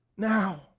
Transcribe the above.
Now